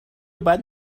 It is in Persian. باید